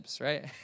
right